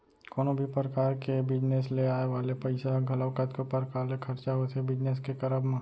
कोनो भी परकार के बिजनेस ले आय वाले पइसा ह घलौ कतको परकार ले खरचा होथे बिजनेस के करब म